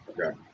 Okay